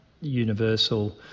Universal